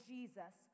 Jesus